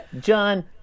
John